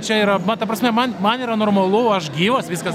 čia yra ta prasme man man yra normalu aš gyvas viskas